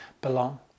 belong